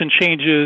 changes